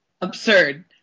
Absurd